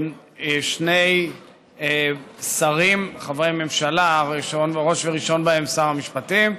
שני שרים חברי ממשלה, ראש וראשון בהם שר המשפטים,